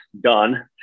done